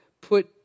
put